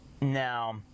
Now